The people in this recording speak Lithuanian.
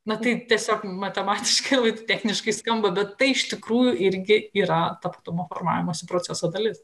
na tai tiesiog matematiškai techniškai skamba bet tai iš tikrųjų irgi yra tapatumo formavimosi proceso dalis